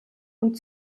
und